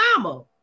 mama